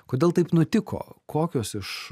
kodėl taip nutiko kokios iš